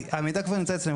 המידע כבר נמצא אצלם,